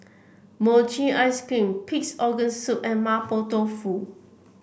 Mochi Ice Cream Pig's Organ Soup and Mapo Tofu